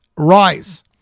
rise